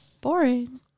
Boring